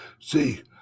See